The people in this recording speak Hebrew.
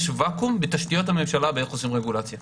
יש ואקום בתשתיות הממשלה בעשיית רגולציה.